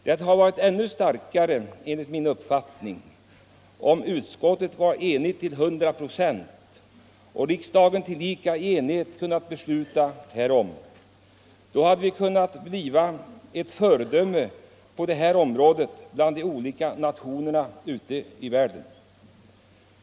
Det hade enligt min uppfattning varit ännu starkare om utskottet varit enigt till 100 procent, och riksdagen tillika i enighet kunnat besluta i denna fråga. Då hade vi kunnat bli ett föredöme bland de olika nationerna ute i världen.